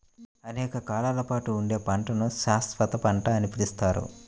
అనేక కాలాల పాటు ఉండే పంటను శాశ్వత పంట అని పిలుస్తారు